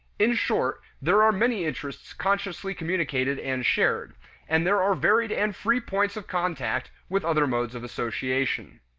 in short, there are many interests consciously communicated and shared and there are varied and free points of contact with other modes of association.